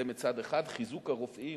זה מצד אחד, חיזוק הרופאים,